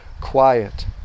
quiet